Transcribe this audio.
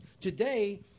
Today